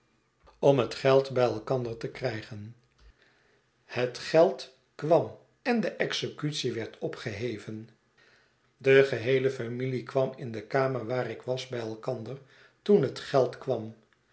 om het geld bij elkanbe brie juffmouwen be own der te krijgen het geld kwam en deexecutie werd opgeheven de geheele familie kwam in de kamer waar ik was by elkander toen het geld kwam